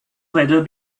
weather